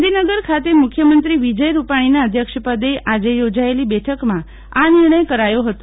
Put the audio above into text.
ગાંધીનગર ખાતે મુખ્યમંત્રી વિજય રૂપાણીના અધ્યક્ષપદે આજે યોજાયેલી બેઠકમાં આ નિર્ણય કરાથો હતો